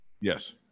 Yes